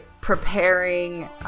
preparing